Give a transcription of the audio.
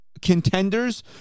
Contenders